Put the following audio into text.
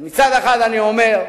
מצד אחד, אני אומר,